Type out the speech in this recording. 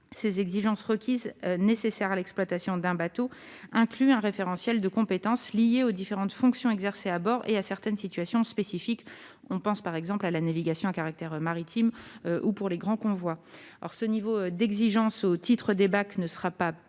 Ces exigences requises nécessaires à l'exploitation d'un bateau incluent un référentiel de compétences liées aux différentes fonctions exercées à bord et à certaines situations spécifiques. On pense par exemple à la navigation à caractère maritime ou pour les grands convois. Or ce niveau d'exigence au titre des bacs ne sera pas le